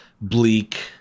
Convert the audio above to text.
bleak